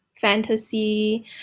fantasy